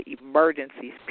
emergencies